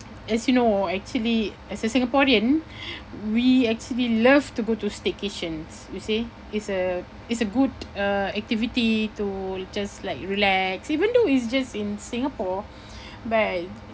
as you know actually as a singaporean we actually love to go to staycations you see it's a it's a good uh activity to just like relax even though it's just in Singapore but